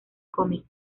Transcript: cómic